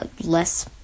less